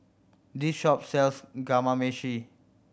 this shop sells Kamameshi